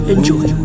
Enjoy